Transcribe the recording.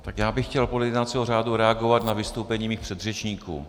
Tak já bych chtěl podle jednacího řádu reagovat na vystoupení svých předřečníků.